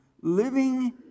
living